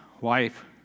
wife